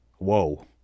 Whoa